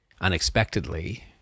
unexpectedly